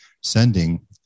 sending